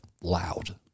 loud